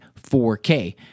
4K